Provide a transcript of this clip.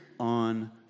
On